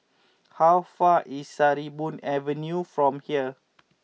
how far away is Sarimbun Avenue from here